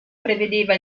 prevedeva